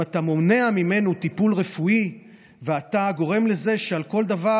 אם אתה מונע ממנו טיפול רפואי אתה גורם לזה שעל כל דבר,